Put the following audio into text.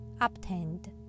obtained